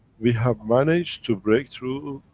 we have managed to break through,